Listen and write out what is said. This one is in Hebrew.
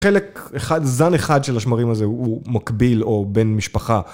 חלק אחד, זן אחד של השמרים הזה, הוא מקביל או בן משפחה.